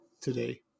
today